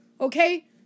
Okay